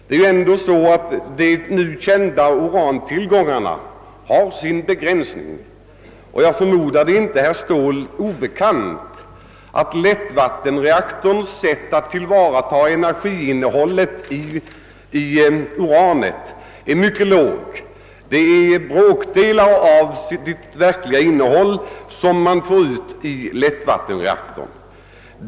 Det förhåller sig på det sättet, att de nu kända urantillgångarna har sin begränsning, och jag förmodar att det inte är herr Ståhl obe kant att lättvattenreaktorns möjlighet att tillvarata energiinnehållet i uran är mycket låg. Det är bråkdelar av det verkliga energiinnehållet som man kan få ut i lättvattenreaktorn.